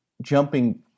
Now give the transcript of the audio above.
Jumping